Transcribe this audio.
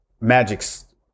Magic's